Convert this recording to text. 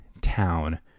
town